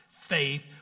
faith